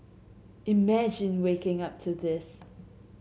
imagine waking up to this